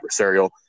adversarial